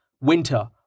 Winter